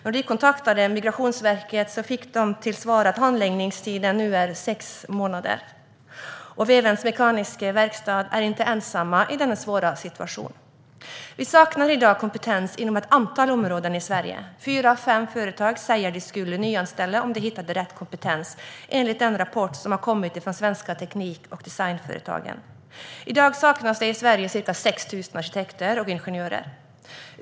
När man kontaktade Migrationsverket fick man till svar att handläggningstiden nu är sex månader. Och Vevens Mekaniska verkstad är inte ensamt i denna svåra situation. Vi saknar i dag kompetens inom ett antal områden i Sverige. Fyra av fem företag säger de skulle nyanställa om de hittade rätt kompetens, enligt en rapport från Svenska Teknik & Designföretagen. I dag saknas i Sverige ca 6 000 arkitekter och ingenjörer.